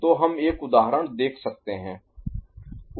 तो हम एक उदाहरण देख सकते हैं